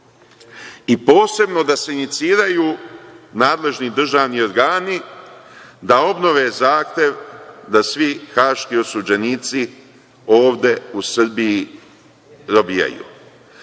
Posebno da se iniciraju nadležni državni organi da obnove zahtev da svi haški osuđenici ovde u Srbiji robijaju. Bilo